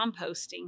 composting